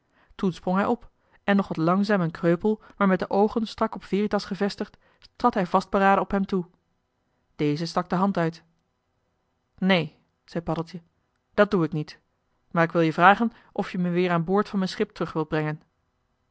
sprong hij op en nog wat langzaam en kreupel maar met de oogen strak op veritas gevestigd trad hij vastberaden op hem toe deze stak de hand uit neen zei paddeltje dat doe ik niet maar ik wil je vragen of je me weer aan boord van m'n schip terug wilt brengen